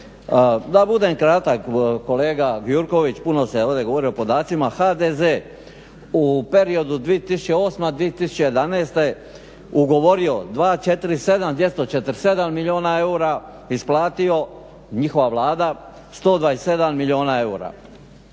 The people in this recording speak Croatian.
Da budem kratak. Kolega Gjurković puno se ovdje govori o podacima. HDZ u periodu 2008./2011. 247 milijuna eura, isplatio njihova Vlada 127 milijuna eura.